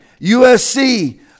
USC